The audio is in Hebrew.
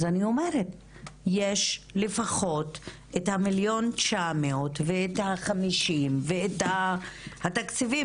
אז אני אומרת שיש לפחות 1.9 מיליון ואת ה-50 ואת התקציבים